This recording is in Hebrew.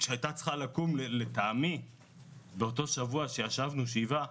שהיה מתבקש שתקום כבר כשישבנו שבעה,